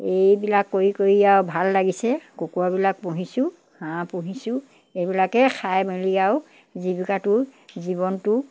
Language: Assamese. এইবিলাক কৰি কৰি আৰু ভাল লাগিছে কুকুৰাবিলাক পুহিছোঁ হাঁহ পুহিছোঁ এইবিলাকেই খাই মেলি আৰু জীৱিকাটো জীৱনটো